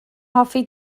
hoffi